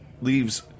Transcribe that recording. leaves